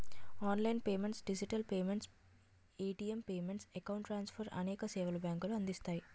online payments digital payments, ATM payments, account transfer అనేక సేవలు బ్యాంకులు అందిస్తాయి